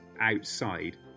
outside